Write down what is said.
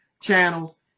channels